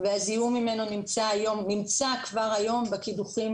והזיהום ממנו נמצא כבר היום בקידוחים